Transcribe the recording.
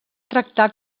tractar